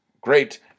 Great